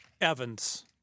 Evans